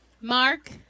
Mark